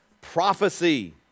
prophecy